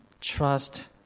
trust